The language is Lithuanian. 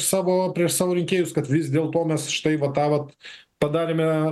savo prieš savo rinkėjus kad vis dėl to mes štai va tą vat padarėme